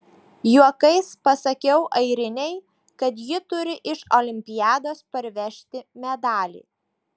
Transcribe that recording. juokais pasakiau airinei kad ji turi iš olimpiados parvežti medalį